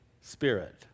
spirit